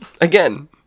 Again